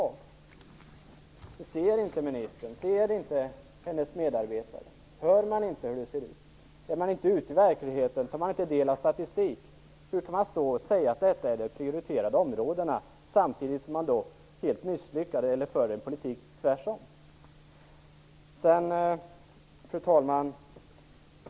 Ser inte ministern? Ser inte hennes medarbetare? Hör man inte talas om hur det ser ut? Är man inte ute i verkligheten? Tar man inte del av statistik? Hur kan man säga att detta är de prioriterade områdena samtidigt som man för en helt motsatt politik?